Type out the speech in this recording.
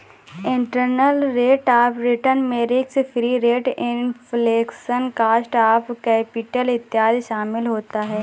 internal rate of return में risk free rate, inflation, cost of capital इत्यादि शामिल होता है